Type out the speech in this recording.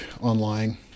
online